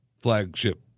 flagship